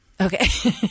Okay